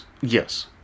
Yes